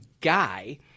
guy